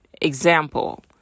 example